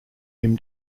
him